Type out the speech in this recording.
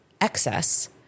excess